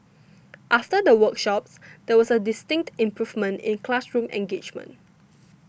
after the workshops there was a distinct improvement in classroom engagement